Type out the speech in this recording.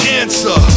answer